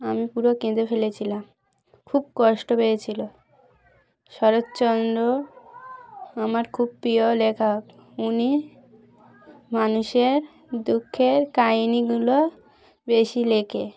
আমি পুরো কেঁদে ফেলেছিলাম খুব কষ্ট পেয়েছিলো শরৎচন্দ্র আমার খুব প্রিয় লেখক উনি মানুষের দুঃখের কাহিনিগুলো বেশি লেখে